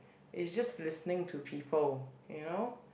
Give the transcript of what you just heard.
it's just listening to people you know